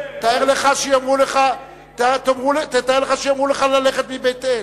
הוא מדבר, תאר לך שיאמרו לך ללכת מבית-אל.